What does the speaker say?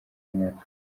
mwaka